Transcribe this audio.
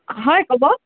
হয় ক'ব